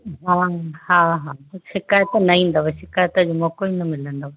हा हा हा शिकायत न ईंदव शिकायत जो मौको ई न मिलंदव